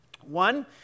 One